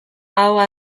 ahoa